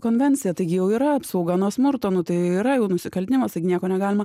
konvencija tai jau yra apsauga nuo smurto nu tai yra jau nusikaltimas taigi nieko negalima